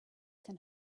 can